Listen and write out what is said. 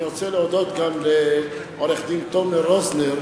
אני רוצה להודות גם לעורך-הדין תומר רוזנר,